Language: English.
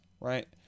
right